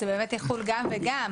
זה באמת יחול גם וגם,